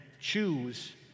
choose